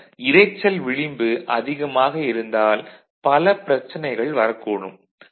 ஆக இரைச்சல் விளிம்பு அதிகமாக இருந்தால் பல பிரச்சனைகள் வரக்கூடும்